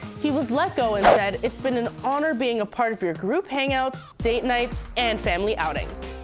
he was let go and said it's been an honour being a part of your group hangouts, date nights and family outings.